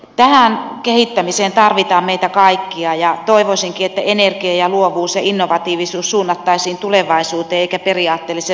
tähän kehittämiseen tarvitaan meitä kaikkia ja toivoisinkin että energia luovuus ja innovatiivisuus suunnattaisiin tulevaisuuteen eikä periaatteelliseen vastustamiseen